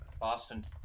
Boston